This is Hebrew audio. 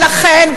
ולכן,